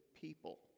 people